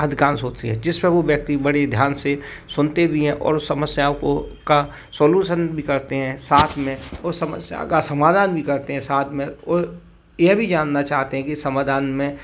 अधिकांश होती है जिसपे वो व्यक्ति बड़ी ध्यान से सुनते भी है और समस्यायों को का सोलूशन भी करते है साथ में वो समस्या का समाधान भी करते है साथ वो ये भी जानना चाहते है की समधान में